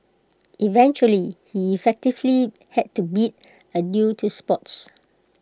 eventually he effectively had to bid adieu to sports